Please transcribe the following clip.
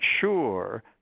sure